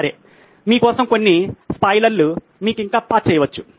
సరే మీ కోసం కొన్ని స్పాయిలర్లు మీరు ఇంకా తాత్కాలిక విరామము చేయవచ్చు